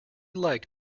like